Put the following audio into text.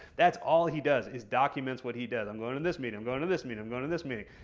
that's all he does, is documents what he does. i'm going to this meeting, i'm going to this meeting, i'm going to this meeting,